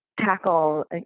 tackle